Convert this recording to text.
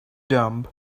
dumb